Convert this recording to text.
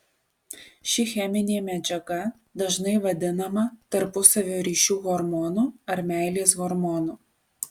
ši cheminė medžiaga dažnai vadinama tarpusavio ryšių hormonu ar meilės hormonu